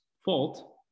fault